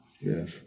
Yes